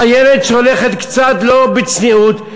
חיילת שהולכת קצת לא בצניעות,